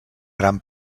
gran